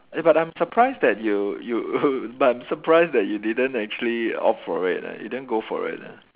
eh but I'm surprised that you you but I'm surprised that you didn't actually opt for it ah you didn't go for it ah